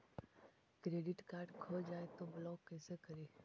Credit card खो जाए तो ब्लॉक कैसे करी?